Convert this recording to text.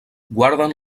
guarden